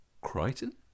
Crichton